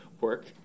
work